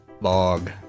bog